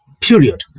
period